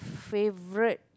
favourite